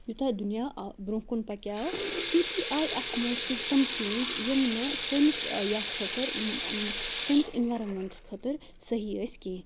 یوٗتاہ دُنیا برونٛہہ کُن پَکیٛاو تیُتُے آے اَتھ منٛز کینٛہہ تِم چینٛج یِم نہٕ سٲنِس یَتھ خٲطٕر سٲنِس اِنوارامٮ۪نٛٹَس خٲطٕر صحیح ٲسۍ کینٛہہ